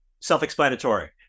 self-explanatory